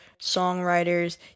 songwriters